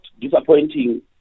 disappointing